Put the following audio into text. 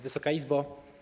Wysoka Izbo!